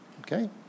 Okay